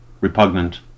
repugnant